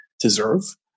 deserve